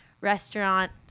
restaurant